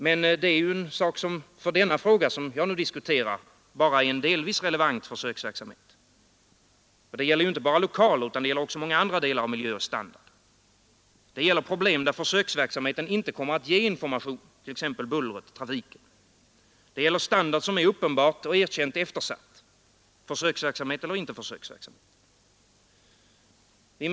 Men det är en för denna fråga endast delvis relevant försöksverksamhet. Det gäller ju inte bara lokaler utan också många andra delar av miljö och standard. Det gäller problem där försöksverksamheten inte kommer att ge information, t.ex. bullret och trafiken. Det gäller standard som är uppenbart och erkänt eftersatt — försöksverksamhet eller inte försöksverksamhet.